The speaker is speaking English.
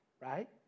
right